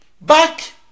Back